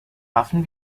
waffen